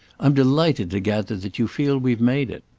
i'm delighted to gather that you feel we've made it.